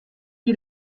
die